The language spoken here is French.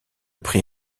prix